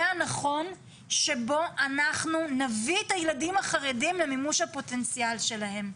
הנכון שבו אנחנו נביא את הילדים החרדים למימוש הפוטנציאל שלהם.